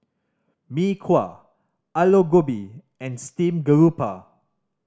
Mee Kuah Aloo Gobi and steamed garoupa